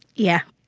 yeah.